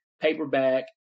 paperback